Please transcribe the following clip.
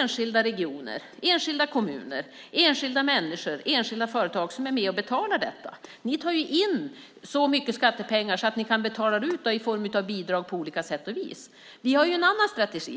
enskilda regioner, enskilda kommuner, enskilda människor, enskilda företag är med och betalar detta. Ni tar in så mycket skattepengar att ni kan betala ut i form av bidrag på olika sätt. Vi har en annan strategi.